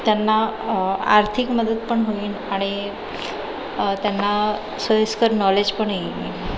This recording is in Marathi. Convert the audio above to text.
त्यांना आर्थिक मदत पण होईन आणि त्यांना सोयीस्कर नॉलेज पण येईल